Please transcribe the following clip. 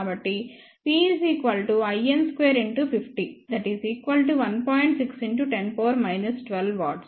కాబట్టి P in2× 501